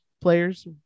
players